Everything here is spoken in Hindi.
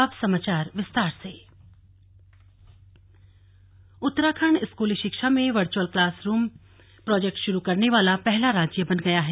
अब समाचार विस्तार से वर्चुअल क्लास उत्तराखण्ड स्कूली शिक्षा में वर्चुअल क्लासरूम प्रोजेक्ट शुरू करने वाला पहला राज्य बन गया है